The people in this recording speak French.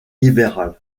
libéral